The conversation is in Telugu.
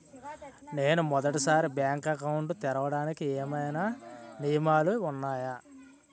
నేను మొదటి సారి బ్యాంక్ అకౌంట్ తెరవడానికి ఏమైనా నియమాలు వున్నాయా?